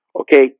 Okay